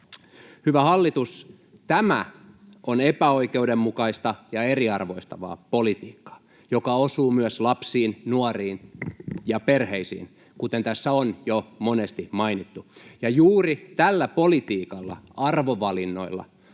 Hyvä hallitus, tämä on epäoikeudenmukaista ja eriarvoistavaa politiikkaa, joka osuu myös lapsiin, nuoriin ja perheisiin, kuten tässä on jo monesti mainittu. Ja juuri tällä politiikalla, arvovalinnoilla,